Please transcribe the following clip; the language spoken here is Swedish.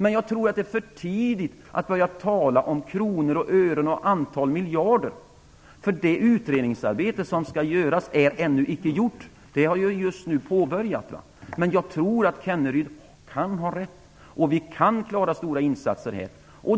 Men jag tror att det är för tidigt att börja tala om kronor och ören och antal miljarder. Det utredningsarbete som skall göras är ännu icke gjort utan har just påbörjats, men jag tror att Kenneryd kan ha rätt och att vi kan göra stora insatser här.